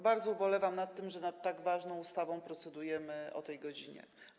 Bardzo ubolewam nad tym, że nad tak ważną ustawą procedujemy o tej godzinie.